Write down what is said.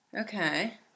Okay